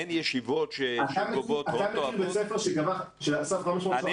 אין ישיבות שגובות --- אתה מכיר בית ספר שגבה 500 שעות מההורים?